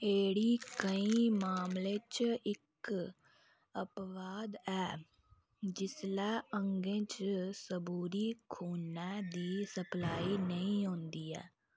एड़ी केईं मामलें च इक अपवाद ऐ जिसलै अंगें च सबूरी खूनै दी सप्लाई नेईं होंदी ऐ